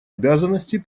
обязанностей